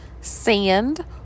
sand